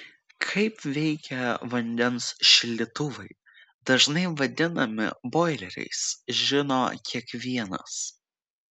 kaip veikia vandens šildytuvai dažnai vadinami boileriais žino kiekvienas